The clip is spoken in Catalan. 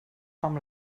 com